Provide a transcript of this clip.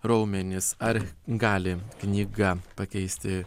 raumenys ar gali knyga pakeisti